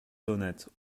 honnête